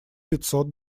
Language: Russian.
пятьсот